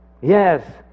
Yes